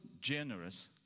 generous